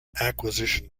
acquisition